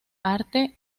arte